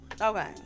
Okay